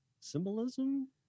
symbolism